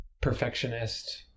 perfectionist